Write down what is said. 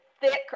thick